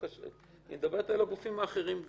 היא מדברת גם על הגופים האחרים.